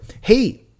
Hey